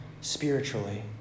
spiritually